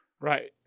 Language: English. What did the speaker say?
Right